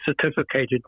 certificated